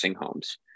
homes